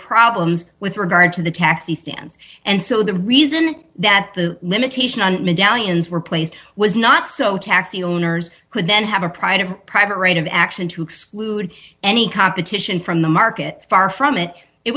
problems with regard to the taxi stands and so the reason that the limitation on medallions were placed was not so taxi owners could then have a pride of private rate of action to exclude any competition from the market far from it it